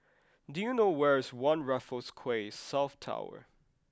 do you know where is One Raffles Quay South Tower